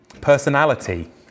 Personality